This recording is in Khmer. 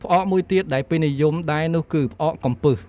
ផ្អកមួយទៀតដែលពេញនិយមដែរនោះគឺ ផ្អកកំពឹស។